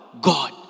God